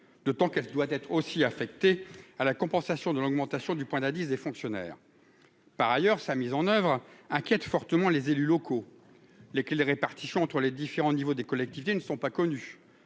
d'autant qu'elle doit être aussi affectée à la compensation de l'augmentation du point d'indice des fonctionnaires, par ailleurs, sa mise en oeuvre inquiète fortement les élus locaux, les qui répartition entre les différents niveaux de collectivités ne sont pas connues